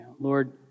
Lord